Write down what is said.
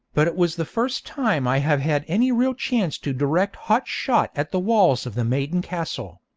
but it was the first time i have had any real chance to direct hot shot at the walls of the maiden castle.